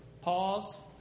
Pause